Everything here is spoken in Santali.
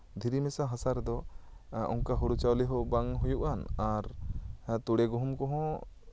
ᱫᱷᱤᱨᱤ ᱢᱮᱥᱟ ᱦᱟᱥᱟ ᱨᱮᱫᱚ ᱚᱱᱠᱟ ᱦᱳᱲᱳ ᱪᱟᱣᱞᱮ ᱦᱚᱸ ᱵᱟᱝ ᱦᱩᱭᱩᱜ ᱟᱱ ᱟᱨ ᱛᱩᱲᱤ ᱜᱩᱦᱩᱢ ᱠᱚᱦᱚᱸ